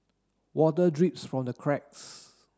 water drips from the cracks